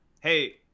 hey